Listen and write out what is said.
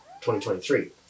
2023